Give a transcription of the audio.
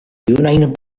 junajn